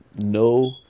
no